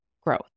growth